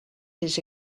his